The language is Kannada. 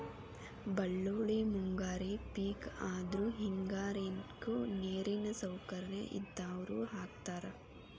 ಬಳ್ಳೋಳ್ಳಿ ಮುಂಗಾರಿ ಪಿಕ್ ಆದ್ರು ಹೆಂಗಾರಿಗು ನೇರಿನ ಸೌಕರ್ಯ ಇದ್ದಾವ್ರು ಹಾಕತಾರ